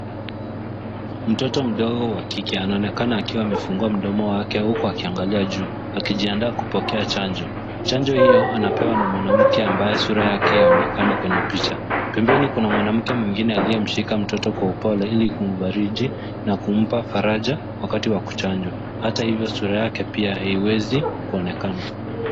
Mtoto mdogo wa kike anaonekana akiwa amefungua mdomo wake huku akiangalia juu akijiandaa kupokea chanjo. Chanjo hiyo anapewa na mwanamke ambaye sura yake haionekani kwenye picha. Pembeni kuna mwanamke mwingine aliyemshika mtoto kwa upole ili kumfariji na kumpa faraja wakati wa kuchanjwa, hata hivyo sura yake pia haiwezi kuonekana.